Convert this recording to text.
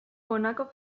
honako